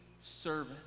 servant